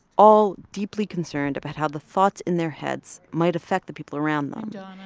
all deeply concerned about how the thoughts in their heads might affect the people around them. and